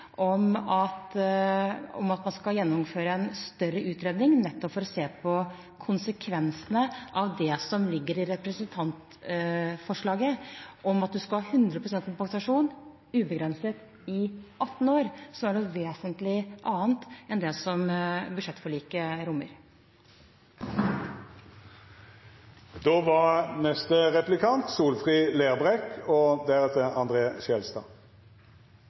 om at man skal gjennomføre en større utredning, nettopp for å se på konsekvensene av det som ligger i representantforslaget, at man skal ha 100 pst. kompensasjon ubegrenset i 18 år, som er noe vesentlig annet enn det som budsjettforliket rommer.